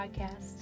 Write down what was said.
podcast